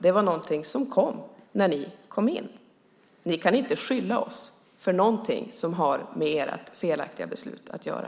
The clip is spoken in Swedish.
Det är något som kom när ni kom in. Ni kan inte skylla oss för något som har med ert felaktiga beslut att göra.